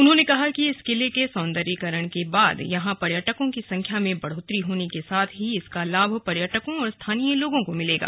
उन्होंने कहा कि इस किले के सौन्दर्यीकरण के बाद यहां पर्यटकों की संख्या में बढ़ोतरी होने के साथ ही इसका लाभ पर्यटकों और स्थानीय लोगों को मिलेगा